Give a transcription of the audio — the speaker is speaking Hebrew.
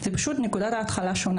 צריך להבין שנקודת ההתחלה שונה,